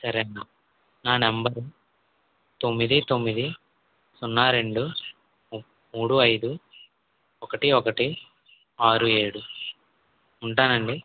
సరే అండి నా నంబర్ తొమ్మిది తొమ్మిది సున్నా రెండు మూడు ఐదు ఒకటి ఒకటి ఆరు ఏడు ఉంటానండి